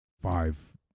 five